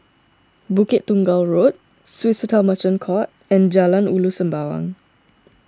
Bukit Tunggal Road Swissotel Merchant Court and Jalan Ulu Sembawang